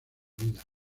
vida